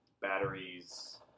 batteries